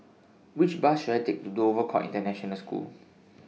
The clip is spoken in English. Which Bus should I Take to Dover Court International School